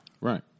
right